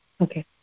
Okay